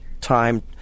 time